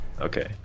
okay